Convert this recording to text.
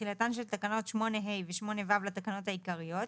תחילתן של תקנות 8ה ו-8ו לתקנות העיקריות,